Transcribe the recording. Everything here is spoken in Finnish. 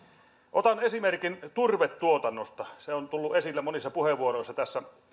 otan esimerkin turvetuotannosta joka on tullut esille monissa puheenvuoroissa tässä